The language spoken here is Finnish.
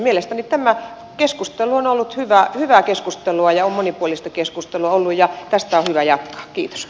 mielestäni tämä keskustelu on ollut hyvää ja monipuolista ja tästä on hyvä jatkaa